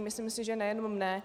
Myslím si, že nejenom mně.